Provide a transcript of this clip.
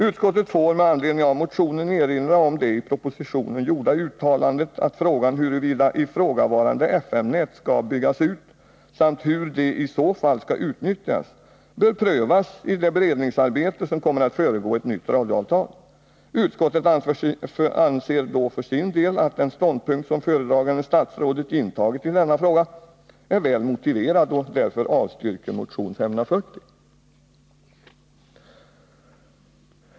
Utskottet får med anledning av motionen erinra om det i propositionen gjorda uttalandet att frågan huruvida ifrågavarande FM-nät skall byggas ut samt hur de i så fall skall utnyttjas bör prövas i det beredningsarbete som kommer att föregå ett nytt radioavtal. Utskottet anser för sin del att den ståndpunkt som föredragande statsrådet intagit i denna fråga är väl motiverad och avstyrker därför motion 540.